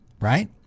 right